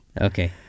Okay